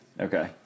Okay